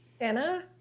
Anna